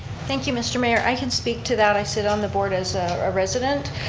thank you, mr. mayor. i can speak to that. i sit on the board as a resident.